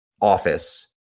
office